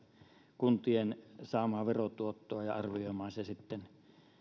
kuntien saamaa verotuottoa ja arvioimaan se sitten